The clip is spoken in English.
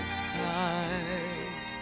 skies